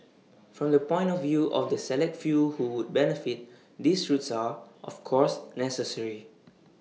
from the point of view of the select few who would benefit these routes are of course necessary